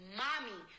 mommy